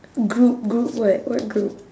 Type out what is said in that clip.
group group what what group